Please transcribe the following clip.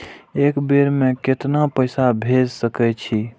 एक बेर में केतना पैसा भेज सके छी?